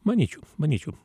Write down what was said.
manyčiau manyčiau